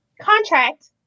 contract